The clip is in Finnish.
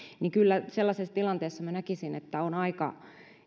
niin kyllä sellaisessa tilanteessa näkisin että on aika